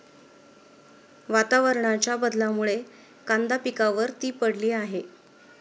वातावरणाच्या बदलामुळे कांदा पिकावर ती पडली आहे